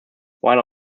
while